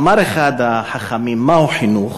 אמר אחד החכמים: מהו חינוך?